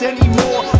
anymore